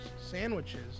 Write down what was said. sandwiches